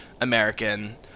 American